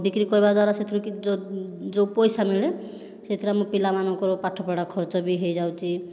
ବିକ୍ରି କରିବା ଦ୍ୱାରା ସେଥିରେ କି ଯେଉଁ ପଇସା ମିଳେ ସେଥିରେ ଆମେ ପିଲାମାନଙ୍କର ପାଠପଢ଼ା ଖର୍ଚ୍ଚ ବି ହୋଇଯାଉଛି